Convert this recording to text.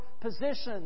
positions